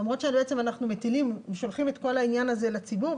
למרות שאנחנו שולחים את כל העניין הזה לציבור,